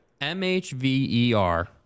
M-H-V-E-R